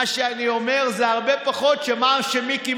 מה שאני אומר זה הרבה פחות ממה שמיקי